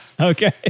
Okay